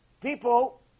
people